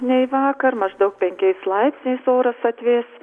nei vakar maždaug penkiais laipsniais oras atvės